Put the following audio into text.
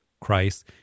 christ